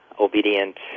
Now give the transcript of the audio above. obedient